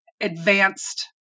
advanced